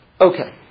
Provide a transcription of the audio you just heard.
Okay